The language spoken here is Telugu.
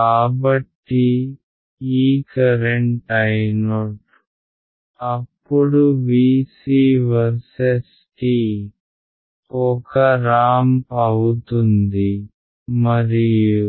కాబట్టి ఈ కరెంట్ Io అప్పుడు Vc వర్సెస్ t ఒక రాంప్ అవుతుంది మరియు